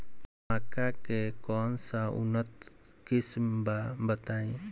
मक्का के कौन सा उन्नत किस्म बा बताई?